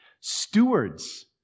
stewards